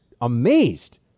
amazed